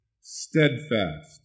steadfast